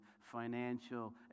financial